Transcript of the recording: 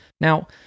Now